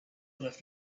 left